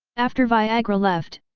after viagra left,